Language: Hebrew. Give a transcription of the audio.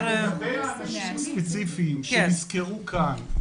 --- לגבי המקרים הספציפיים שנזכרו כאן,